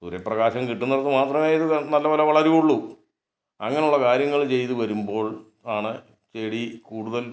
സൂര്യപ്രകാശം കിട്ടുന്നിടത്ത് മാത്രമേ ഇത് നല്ല പോലെ വളരുകയുള്ളൂ അങ്ങനെയുള്ള കാര്യങ്ങള് ചെയ്ത് വരുമ്പോള് ആണ് ചെടി കൂടുതല്